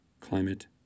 Climate